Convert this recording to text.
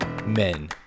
Men